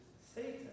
Satan